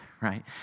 right